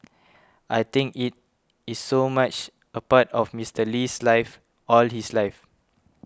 I think it is so much a part of Mister Lee's life all his life